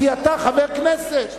כי אתה חבר הכנסת ונבחרת.